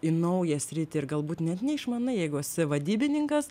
į naują sritį ir galbūt net neišmanai jeigu esi vadybininkas